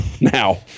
now